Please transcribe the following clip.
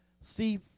See